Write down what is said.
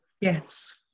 yes